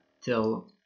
till